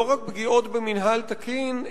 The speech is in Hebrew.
לא רק פגיעות במינהל תקין,